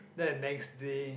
then next day